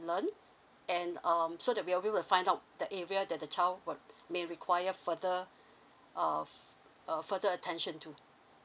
learn and um so that we'll we'll find out the area that the child would may require further uh f~ uh further attention to